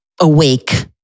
awake